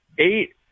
Eight